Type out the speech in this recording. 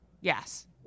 Yes